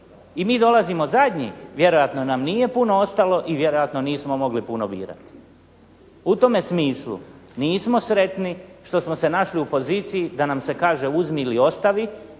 i mi dolazimo zadnji. Vjerojatno nam nije puno ostalo i vjerojatno nismo mogli puno birati. U tome smislu nismo sretni što smo se našli u poziciji da nam se kaže uzmi ili ostavi